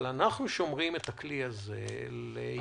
אבל אנחנו שומרים את הכלי הזה לייעודו,